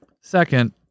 Second